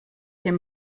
him